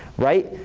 right?